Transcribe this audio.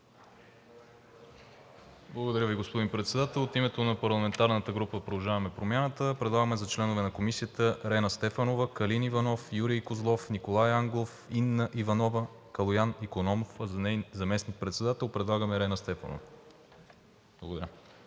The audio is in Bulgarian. Благодаря Ви, господин Председател. От името на парламентарната група на „Продължаваме Промяната“ предлагаме за членове на Комисията: Рена Стефанова, Калин Иванов, Юрий Козлов, Николай Ангов, Инна Иванова, Калоян Икономов, а за неин заместник-председател предлагаме Рена Стефанова. Благодаря.